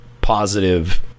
positive